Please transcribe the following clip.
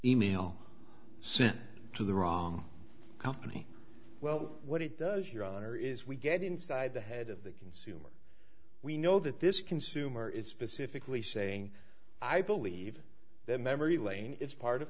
e mail sent to the wrong company well what it does your honor is we get inside the head of the consumer we know that this consumer is specifically saying i believe that memory lane is part of